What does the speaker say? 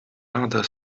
other